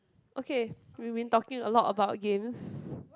okay we've been talking a lot about games